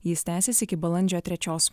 jis tęsiasi iki balandžio trečios